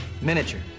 Miniature